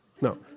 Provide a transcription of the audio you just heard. No